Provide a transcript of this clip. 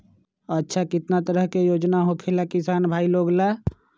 अच्छा कितना तरह के योजना होखेला किसान भाई लोग ला?